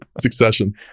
Succession